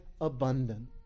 abundant